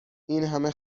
اینهمه